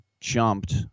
jumped